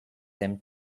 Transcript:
them